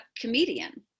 comedian